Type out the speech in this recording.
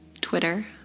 Twitter